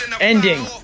ending